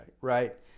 right